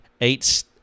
eight